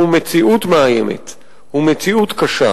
מאוד קשות.